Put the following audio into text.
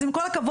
אז עם כל הכבוד,